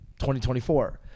2024